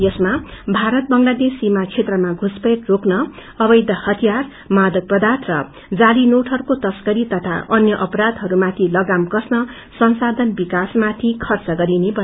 यसमा भारत बंग्लादेश सीमा क्षेत्रमा घुसपैठ रोक्न अवैष हतयार मादक पर्दाय र जाली नोटहरूक्रे तष्करी तथा अन्य अपरायहरूमाथि लागाम कस्न संसाथन विकासमाथि खर्च गरिनेछ